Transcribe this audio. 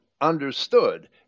understood